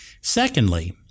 Secondly